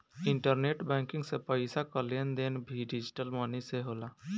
internet banking से पईसा कअ लेन देन भी डिजटल मनी से होला